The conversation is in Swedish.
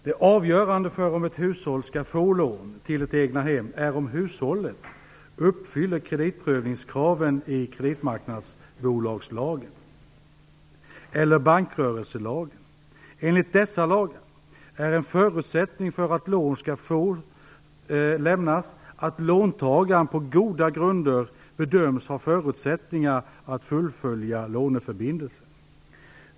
Det avgörande för om ett hushåll skall få lån till ett egnahem är om hushållet uppfyller kreditprövningskraven i kreditmarknadsbolagslagen eller bankrörelselagen. Enligt dessa lagar är en förutsättning för att lån skall få lämnas att låntagaren på goda grunder bedöms ha förutsättningar att fullgöra låneförbindelsen.